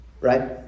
right